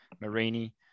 Marini